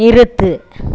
நிறுத்து